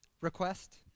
request